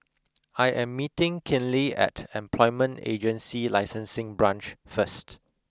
I am meeting Kinley at Employment Agency Licensing Branch first